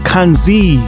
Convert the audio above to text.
Kanzi